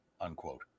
unquote